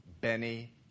Benny